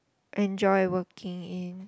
enjoy working in